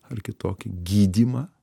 ar kitokį gydymą